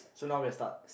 so now we're start